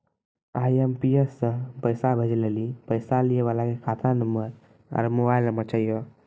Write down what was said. IMPS से पैसा भेजै लेली पैसा लिये वाला के खाता नंबर आरू मोबाइल नम्बर चाहियो